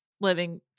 living